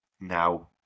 now